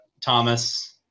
Thomas